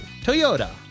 Toyota